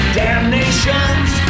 damnations